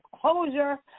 closure